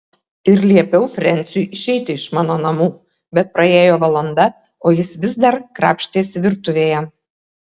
ir liepiau frensiui išeiti iš mano namų bet praėjo valanda o jis vis dar krapštėsi virtuvėje